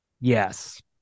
Yes